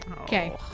Okay